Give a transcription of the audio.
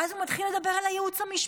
ואז הוא מתחיל לדבר על הייעוץ המשפטי.